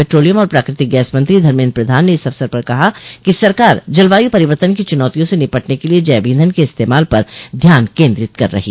petroleum और प्राकृतिक gas मंत्री धर्मेन्द्र प्रधान ने इस अवसर पर कहा कि सरकार जलवायू परिवर्तन की चुनौतियों से निपटने के लिए जैव ईधन के इस्तेमाल पर ध्यान केंद्रित कर रही है